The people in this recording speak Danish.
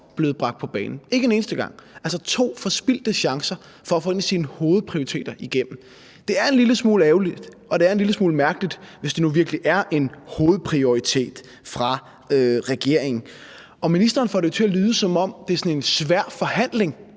blevet bragt på banen – altså to forspildte chancer for at få en af sine hovedprioriteter igennem. Det er en lille smule ærgerligt, og det er en lille smule mærkeligt, hvis det nu virkelig er en hovedprioritet for regeringen. Ministeren får det til at lyde, som om det er en svær forhandling